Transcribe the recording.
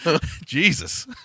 Jesus